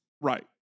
Right